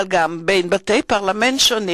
אלא גם בין בתי פרלמנט שונים.